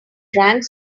drank